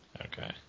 Okay